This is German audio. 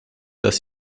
dass